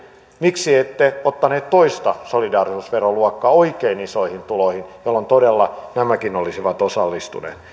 miksi ette ottaneet toista solidaarisuusveroluokkaa oikein isoihin tuloihin jolloin todella nämäkin olisivat osallistuneet